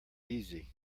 easy